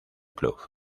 club